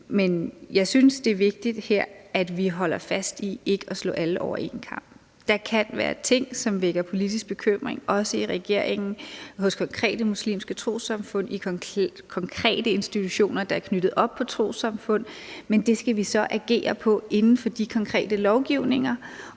Men jeg synes, at det er vigtigt her, at vi holder fast i ikke at slå alle over én kam. Der kan være ting, som vækker politisk bekymring, også i regeringen og hos konkrete muslimske trossamfund, i konkrete institutioner, der er knyttet op på trossamfund, men det skal vi så agere på inden for de konkrete lovgivninger